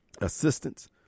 assistance